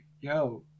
yo